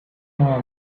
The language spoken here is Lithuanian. nuo